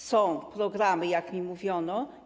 Są programy, jak mi mówiono.